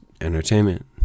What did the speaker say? entertainment